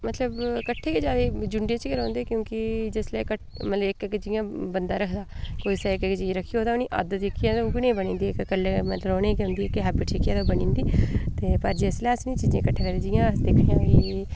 मतलब किट्ठे गै झुंडै च गै रौंह्दे क्योंकि जिसलै कि'ट्ठे मतलब जिसलै इक इक इयां बंदा रखदा इक इक चीज रक्खी ओह्दी आदत उ'ऐ नेईं बनी जंदा ऐ इक कल्ले मतलब रौह्ने करी जेह्का हैबिट जेह्की ऐ ओह बनी जंदी ते जिसलै असे जि'यां अस दिक्खने आं कि